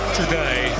today